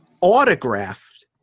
autographed